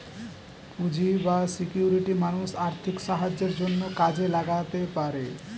পুঁজি বা সিকিউরিটি মানুষ আর্থিক সাহায্যের জন্যে কাজে লাগাতে পারে